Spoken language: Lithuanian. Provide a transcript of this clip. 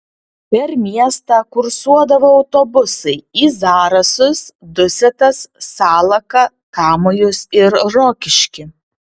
per miestą kursuodavo autobusai į zarasus dusetas salaką kamajus ir rokiškį